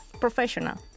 professional